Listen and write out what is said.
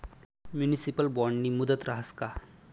Municipal बॉन्डनी मुदत रहास का?